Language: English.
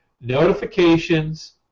notifications